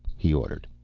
he ordered.